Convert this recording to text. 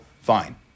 fine